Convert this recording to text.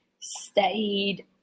stayed